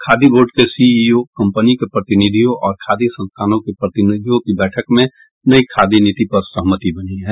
khadi board के CEO company के प्रतिनिधियों और खादी संस्थानों की प्रतिनिधियों की बैठक में नयी खादी नीति पर सहमति बनी है